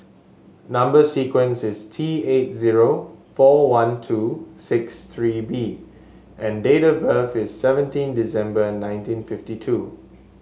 number sequence is T eight zero four one two six three B and date of birth is seventeen December nineteen fifty two